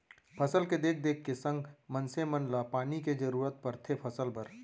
फसल के देख देख के संग मनसे मन ल पानी के जरूरत परथे फसल बर